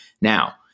Now